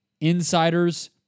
insiders